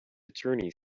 attorney